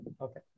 Okay